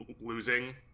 losing